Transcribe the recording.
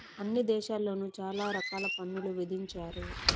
అన్ని దేశాల్లోను చాలా రకాల పన్నులు విధించారు